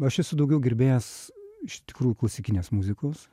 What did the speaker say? aš esu daugiau gerbėjas iš tikrųjų klasikinės muzikos